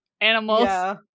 animals